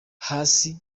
hari